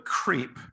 creep